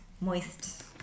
moist